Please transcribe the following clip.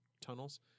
tunnels